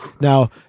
Now